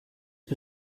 per